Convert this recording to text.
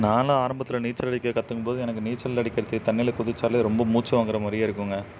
நான்லாம் ஆரம்பத்தில் நீச்சல் அடிக்க கற்றுக்கும்போது எனக்கு நீச்சல் அடிக்கிறது தண்ணியில குதிச்சாலே ரொம்ப மூச்சு வாங்குற மாதிரியே இருக்குங்க